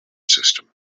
system